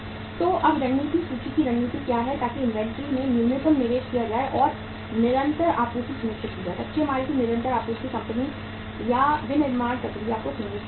तो अब रणनीति सूची की रणनीति क्या है ताकि इन्वेंट्री में न्यूनतम निवेश किया जाए और निरंतर आपूर्ति सुनिश्चित की जाए कच्चे माल की निरंतर आपूर्ति कंपनी या विनिर्माण प्रक्रिया को सुनिश्चित की जाए